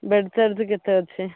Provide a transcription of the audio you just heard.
bed charge କେତେ ଅଛି